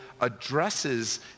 addresses